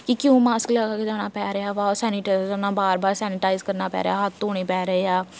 ਕਿ ਕਿਉਂ ਮਾਸਕ ਲਗਾ ਕੇ ਜਾਣਾ ਪੈ ਰਿਹਾ ਵਾ ਸੈਨੀਟਾਈਜ਼ਰ ਨਾਲ ਬਾਰ ਬਾਰ ਸੈਨੀਟਾਈਜ਼ ਕਰਨਾ ਪੈ ਰਿਹਾ ਹੱਥ ਧੋਣੇ ਪੈ ਰਹੇ ਆ